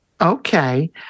Okay